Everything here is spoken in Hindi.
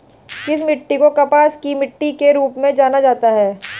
किस मिट्टी को कपास की मिट्टी के रूप में जाना जाता है?